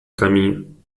caminho